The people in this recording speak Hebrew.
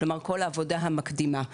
כלומר כל העבודה המקדימה.